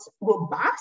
robust